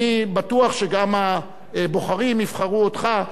אני בטוח גם שהבוחרים יבחרו אותך,